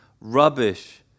rubbish